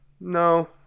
No